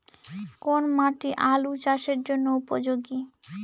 কোন মাটি আলু চাষের জন্যে উপযোগী?